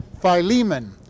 Philemon